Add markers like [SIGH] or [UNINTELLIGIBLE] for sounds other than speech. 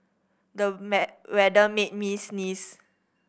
the [UNINTELLIGIBLE] weather made me sneeze